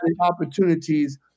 opportunities